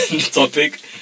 topic